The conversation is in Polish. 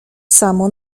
samo